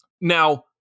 Now